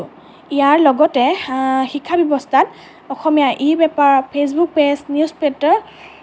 ইয়াৰ লগতে শিক্ষা ব্যৱস্থাত Asomiya e paper Facebook page news portal